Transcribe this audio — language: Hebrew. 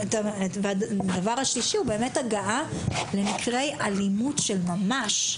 והדבר השלישי הוא באמת הגעה למקרי אלימות של ממש.